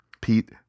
Pete